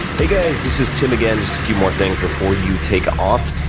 hey guys, this is tim again. just a few more things before you take off.